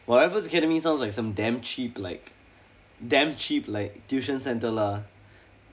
!wah! raffles academy sounds like some damn cheap like damn cheap like tuition centre lah